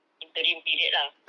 interim period lah